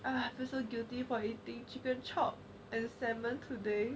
I feel so guilty for eating chicken chop and salmon today